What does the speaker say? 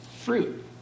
fruit